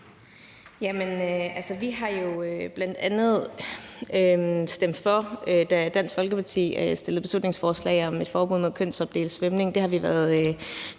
Vi har jo bl.a. stemt for, da Dansk Folkeparti fremsatte et beslutningsforslag om et forbud mod kønsopdelt svømning.